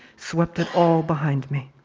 swept it all behind me.